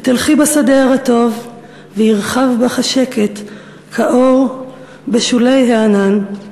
/ ותלכי בשדה הרטוב וירחב בך השקט / כאור בשולי הענן.